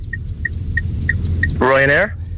Ryanair